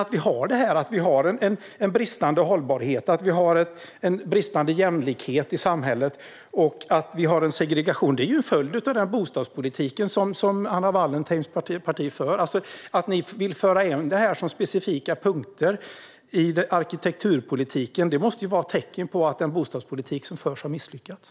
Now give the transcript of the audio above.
Att vi har bristande jämlikhet, bristande hållbarhet och segregation i samhället är en följd av den bostadspolitik som Anna Wallentheims parti för. Att ni vill föra in detta som specifika punkter i arkitekturpolitiken måste vara ett tecken på att den bostadspolitik som förs har misslyckats.